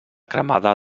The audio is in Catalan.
cremada